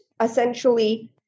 essentially